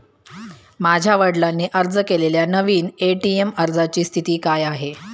माझ्या वडिलांनी अर्ज केलेल्या नवीन ए.टी.एम अर्जाची स्थिती काय आहे?